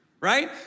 right